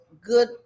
good